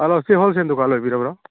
hello ꯁꯤ wholesale ꯗꯨꯀꯥꯟ ꯑꯣꯏꯕꯤꯔꯕ꯭ꯔꯣ